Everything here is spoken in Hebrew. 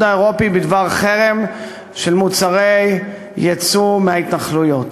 האירופי בדבר חרם של מוצרי יצוא מההתנחלויות.